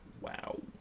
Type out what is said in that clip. Wow